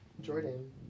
Jordan